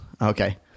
Okay